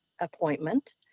appointment